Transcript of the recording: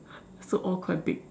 so all quite big